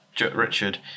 Richard